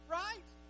right